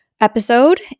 episode